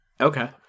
okay